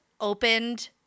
opened